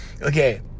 Okay